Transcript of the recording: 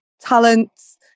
talents